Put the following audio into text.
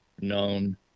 known